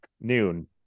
noon